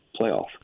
playoff